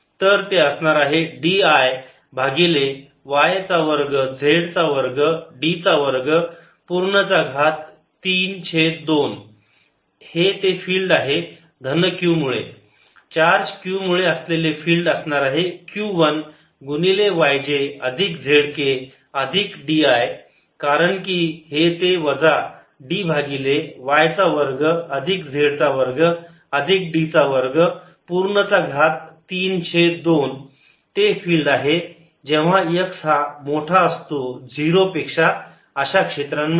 तर ते असणार आहे D i भागिले y चा वर्ग z चा वर्ग d चा वर्ग पूर्ण चा घात 3 छेद 2 हे ते फिल्ड आहे धन q मुळे चार्ज q मुळे असलेले फिल्ड असणार आहे q1 गुणिले y j अधिक z k अधिक d i कारण की हे वजा d भागिले y चा वर्ग अधिक z चा वर्ग अधिक D चा वर्ग पूर्ण चा घात 3 छेद 2 ते फील्ड आहे जेव्हा x हा मोठा असतो 0 पेक्षा अशा क्षेत्रांमध्ये